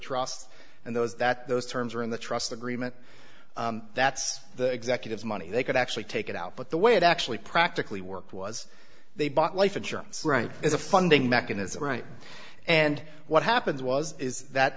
trust and those that those terms are in the trust agreement that's the executives money they could actually take it out but the way it actually practically worked was they bought life insurance right as a funding mechanism right and what happens was is that